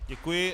Děkuji.